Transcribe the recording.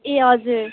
ए हजुर